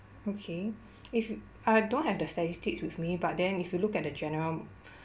okay if I don't have the statistics with me but then if you look at the general